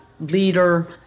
leader